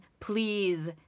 Please